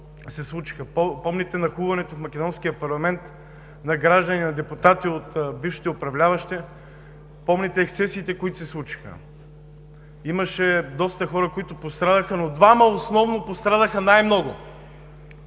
се случиха, помните нахлуването в македонския парламент на граждани, на депутати от бившите управляващи, помните ексцесиите, които се случиха. Имаше доста хора, които пострадаха, но двама основно пострадаха най-много